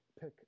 pick